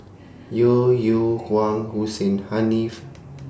Yeo Yeow Kwang Hussein Haniff